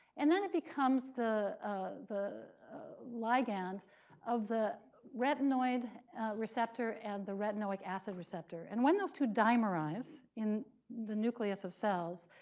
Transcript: and then it becomes the ligand like and of the retinoid receptor and the retinoic acid receptor. and when those two dimerize in the nucleus of cells,